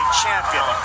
champion